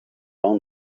own